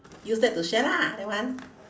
use that to share lah that one